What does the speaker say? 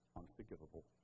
unforgivable